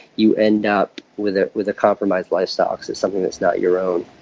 you end up with ah with a compromised lifestyle, because it's something that's not your own.